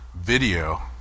video